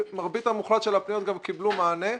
ומרביתם המוחלט של הפניות גם קיבלו מענה.